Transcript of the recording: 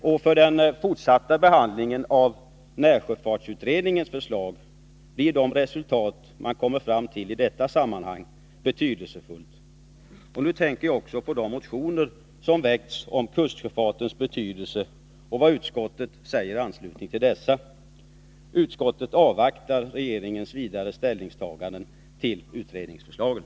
Och för den fortsatta behandlingen av närsjöfartsutredningens förslag blir det resultat man kommer fram till i dessa sammanhang betydelsefullt. Jag tänker också på de motioner som väckts om kustsjöfartens betydelse och vad utskottet säger i anslutning till dessa. Utskottet avvaktar regeringens vidare ställningstaganden till utredningsförslagen.